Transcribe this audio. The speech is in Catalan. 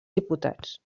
diputats